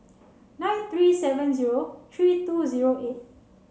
nine three seven zero three two zero eight